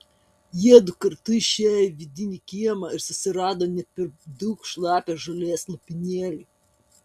jiedu kartu išėjo į vidinį kiemą ir susirado ne per daug šlapią žolės lopinėlį